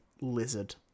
lizard